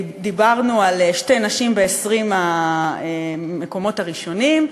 דיברנו על שתי נשים ב-20 המקומות הראשונים,